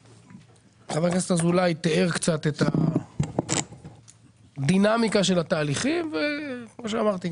חבר הכנסת אזולאי תיאר קצת את הדינמיקה של התהליכים וכמו שאמרתי,